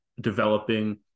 developing